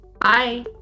Bye